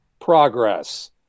progress